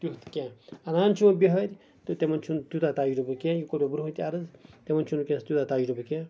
تیُتھ کیٚنہہ اَنان چھُ بِہٲرۍ تہٕ تِمن چھُنہٕ توٗتاہ تَجرُبہ کیٚنہہ یہِ کورُو برونٛہٕے تہِ عرٕض تِمن چھُنہٕ وٕنکیٚس تیوٗتاہ تَجرُبہٕ کیٚنہہ